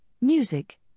music